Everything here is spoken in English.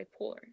bipolar